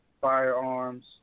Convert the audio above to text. firearms